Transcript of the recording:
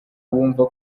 bumva